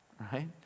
right